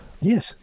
Yes